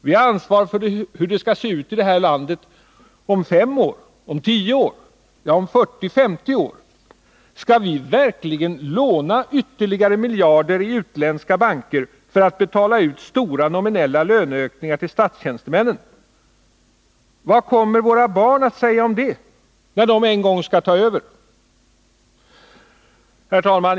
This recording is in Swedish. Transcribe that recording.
Vi har ansvar för hur det skall se ut i det här landet om 5, 10, ja, om 40-50 år. Skall vi verkligen låna ytterligare miljarder i utländska banker för att betala ut stora nominella löneökningar till statstjänstemännen? Vad kommer våra barn att säga om det, när de en gång skall ta över? Herr talman!